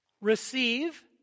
receive